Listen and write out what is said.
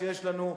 שיש לנו,